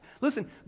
Listen